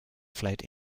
fled